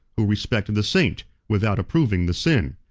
who respect the saint, without approving the sin.